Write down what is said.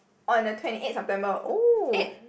on the twenty eight September oh